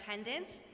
attendance